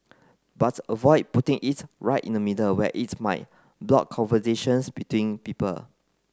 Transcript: but avoid putting it right in the middle where its might block conversations between people